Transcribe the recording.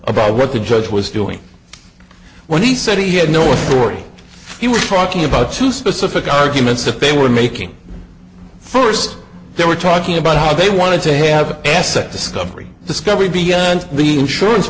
about what the judge was doing when he said he had no authority he was talking about two specific arguments if they were making first they were talking about how they wanted to have an asset discovery discovery beyond the insurance